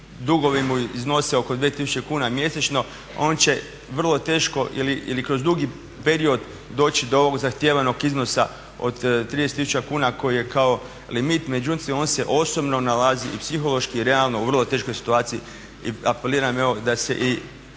dugovi mu iznose oko 2000 kuna mjesečno on će vrlo teško ili kroz dugi period doći do ovog zahtijevanog iznosa od 30 tisuća kuna koji je kao limit. Međutim, on se osobno nalazi i psihološki i realno u vrlo teškoj situaciji. I apeliram evo da se i